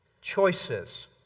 Choices